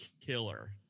killer